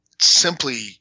simply